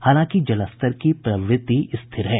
हालांकि जलस्तर की प्रवृत्ति स्थिर है